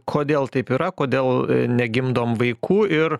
kodėl taip yra kodėl negimdom vaikų ir